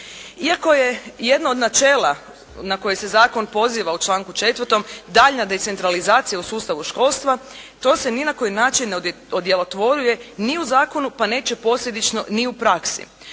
Iako je jedno od načela na koje se zakon poziva u članku 4. daljnja decentralizacija u sustavu školstva to se ni na koji način ne odjelotvoruje ni u zakonu, pa neće posljedično ni u praksi.